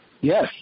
Yes